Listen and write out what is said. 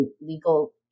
legal